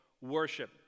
worship